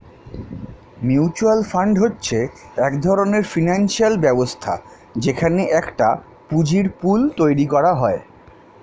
mutual fund হচ্ছে এক ধরণের ফিনান্সিয়াল ব্যবস্থা যেখানে একটা পুঁজির পুল তৈরী করা হয়